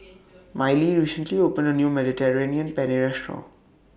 Mylee recently opened A New Mediterranean Penne Restaurant